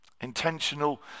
Intentional